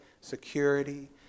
security